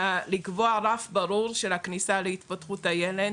לקבוע רף ברור של הכניסה בכניסה להתפתחות הילד.